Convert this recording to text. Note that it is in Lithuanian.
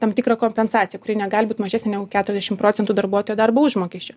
tam tikrą kompensaciją kuri negali būt mažesnė negu keturiasdešim procentų darbuotojo darbo užmokesčio